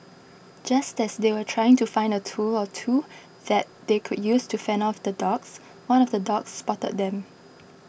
just as they were trying to find a tool or two that they could use to fend off the dogs one of the dogs spotted them